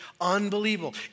unbelievable